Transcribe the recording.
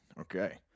Okay